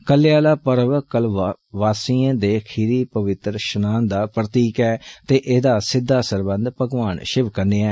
कलै आला पर्व कल्पवासिएं दे खीरी पवित्र स्नान दा प्रतीक ऐ ते एदे सिद्दा सरबंध भगवान षिवजी कन्नै ऐ